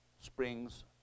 springs